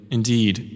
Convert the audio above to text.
Indeed